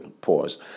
Pause